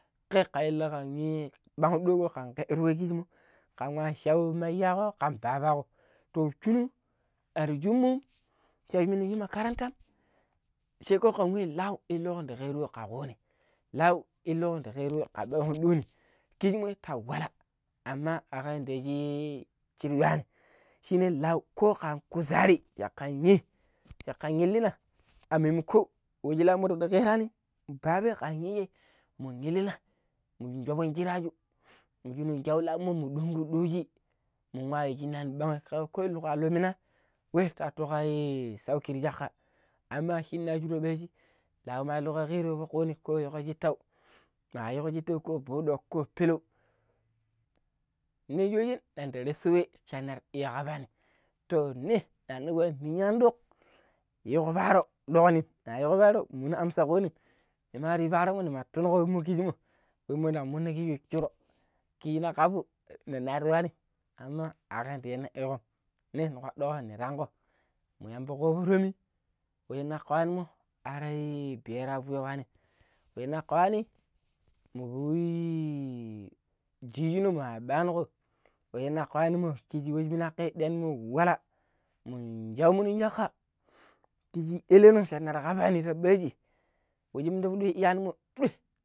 ﻿kijimo kan nwa shawu ma iyyaƙo ƙan ma babaaƙo to shunu ar shupmu shedu minu yu makarantam saiko kan li lau inluko ndi ƙeero we a fok kuni lau inluƙo nɗi keero we ɓang ɗooni kijimmoi ta wala ama ka kandeji chin luani shine lau ko ƙan ƙuzari cakka yi caƙƙan inlina a maimako mo we laumo cikar ƙeeraani baba kan iyyei mun illina mun shooVon shira, ju munu shinu shau lau mu ɗunƙu ɗooji mun mun nwa yu shinaani banghi kekko ko illuƙua lu mina ɗoi ta nwattu ƙa sauki ti caƙƙa aman shinoju ta ɓaaji lau ma illuko ƙeero we fok kuni ko yiiko shitau bu dok ko pelau ne shoojen nin ndan resso web shin na ta kaVaani to ne nanabu ninya anɗoƙ yiiƙo paaro ɗokni munu Ligno ɗok ni ma yu panro mo ni ma tuna wemmo ndan mun shuro kiji ni kaabu naryua nim aman akam yaɗɗa shin na ikon ne ƙpaɗɗuƙo ni tango mu yamba koovo tom we reni ka yuani mukar biyekwa fuyom wanim, we kwali mu yi jijino ma ɓanuko we shina kawan jijino ma ɗuanakwai wala mun shau mu nong caƙƙa kiji elleno shina ta ƙabarani ta ɓaji we shi munaka yuani ɗoi ndel walani duel tuanini.